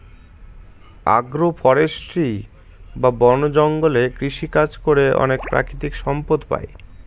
আগ্র ফরেষ্ট্রী বা বন জঙ্গলে কৃষিকাজ করে অনেক প্রাকৃতিক সম্পদ পাই